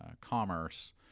commerce